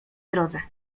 drodze